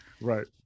right